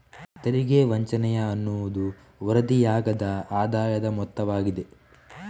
ತೆರಿಗೆ ವಂಚನೆಯ ಅನ್ನುವುದು ವರದಿಯಾಗದ ಆದಾಯದ ಮೊತ್ತವಾಗಿದೆ